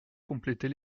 compléter